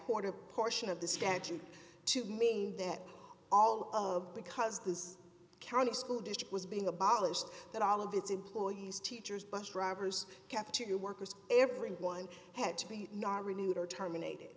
quarter portion of the statute to mean that all of because this county school district was being abolished that all of its employees teachers bus drivers cafeteria workers everyone had to be not renewed or terminated